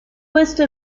puesto